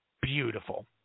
beautiful